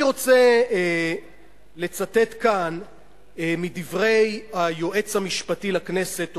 אני רוצה לצטט כאן מדברי היועץ המשפטי לכנסת,